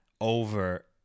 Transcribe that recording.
over